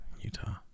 Utah